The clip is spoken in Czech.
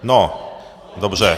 No, dobře.